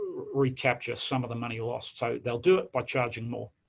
recapture some of the money lost so they'll do it by charging more.